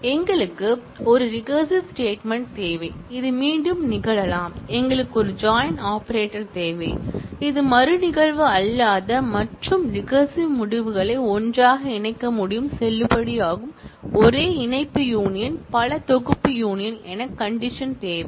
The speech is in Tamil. எங்களுக்கு ஒரு ரிகரசிவ் ஸ்டேட்மென்ட் தேவை இது மீண்டும் நிகழலாம் எங்களுக்கு ஒரு ஜாயின் ஆபரேட்டர் தேவை இது மறுநிகழ்வு அல்லாத மற்றும் ரிகரசிவ் முடிவுகளை ஒன்றாக இணைக்க முடியும் செல்லுபடியாகும் ஒரே இணைப்பு யூனியன் பல தொகுப்பு யூனியன் என கண்டிஷன் தேவை